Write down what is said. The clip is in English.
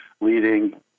leading